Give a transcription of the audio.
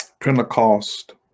Pentecost